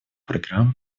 программ